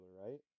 right